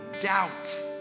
doubt